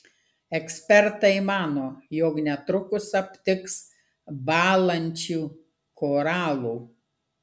ekspertai mano jog netrukus aptiks bąlančių koralų